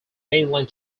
mainland